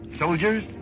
Soldiers